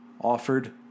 offered